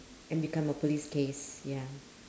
and become a police case ya